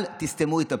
אל תסתמו את הפה.